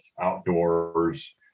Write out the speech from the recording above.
outdoors